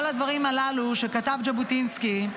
כל הדברים הללו שכתב ז'בוטינסקי,